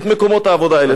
את המקצועות האלה.